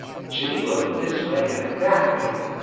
jimmy looked this way and that way,